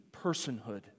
personhood